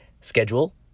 schedule